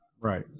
right